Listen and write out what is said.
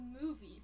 movie